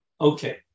Okay